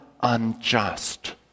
unjust